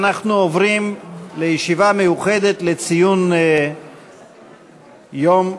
אנחנו עוברים לישיבה מיוחדת לציון יום ירושלים.